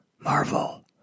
marvel